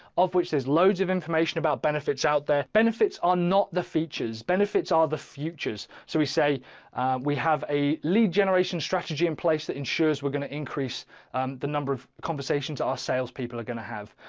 of which there's loads of information about benefits out there. benefits are not the features. benefits are the features. so we say we have a lead generation strategy in place that ensures we're going to increase um the number of conversations our salespeople are going to have,